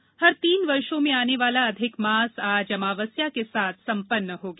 अधिक मास हर तीन वर्षो में आने वाला अधिक मास आज अमावस्या के साथ संपन्न हो गया